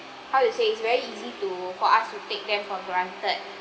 how to say it's very easy to for us to take them for granted